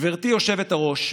גברתי היושבת-ראש,